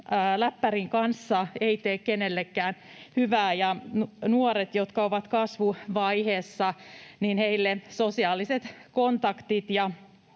läppärin kanssa ei tee kenellekään hyvää, ja nuorille, jotka ovat kasvuvaiheessa, sosiaaliset kontaktit